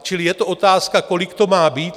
Čili je to otázka, kolik to má být.